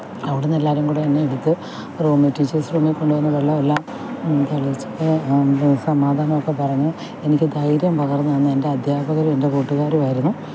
അവിടുന്നെല്ലാരും കൂടെ എന്നെ എടുത്ത് റൂമിൽ ടീച്ചേഴ്സ് റൂമിൽ കൊണ്ടു വന്ന് വെള്ളവെല്ലാം തളിചിട്ട് സമാധാനൊക്ക പറഞ്ഞ് എനിക്ക് ധൈര്യം പകര്ന്ന് തന്ന എന്റെ അദ്ധ്യാപകരും എന്റെ കൂട്ടുകാരുവായിരുന്നു